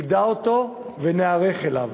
נדע אותו וניערך אליו.